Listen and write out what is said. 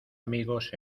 amigos